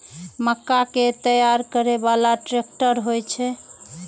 मक्का कै तैयार करै बाला ट्रेक्टर होय छै?